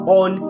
on